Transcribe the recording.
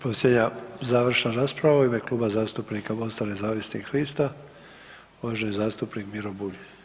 Posljednja završna rasprava u ime Kluba zastupnika Mosta nezavisnih lista uvaženi zastupnik Miro Bulj.